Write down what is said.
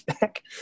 back